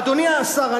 ואדוני השר,